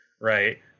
right